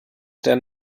der